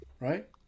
right